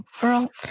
girl